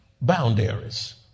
boundaries